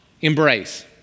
embrace